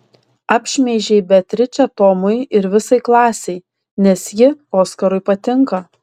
apšmeižei beatričę tomui ir visai klasei nes ji oskarui patinka